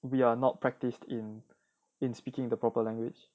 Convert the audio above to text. we are not practiced in in speaking the proper language